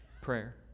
prayer